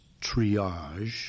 triage